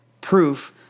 proof